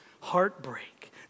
heartbreak